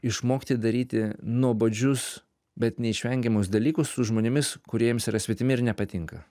išmokti daryti nuobodžius bet neišvengiamus dalykus su žmonėmis kurie jiems yra svetimi ir nepatinka